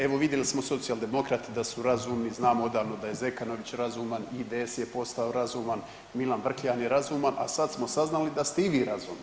Evo vidjeli smo Socijaldemokrati da su razumni, znamo odavno da je Zekanović razuman, IDS je postao razuman, Milan Vrkljan je razuman, a sad smo saznali da ste i vi razumni.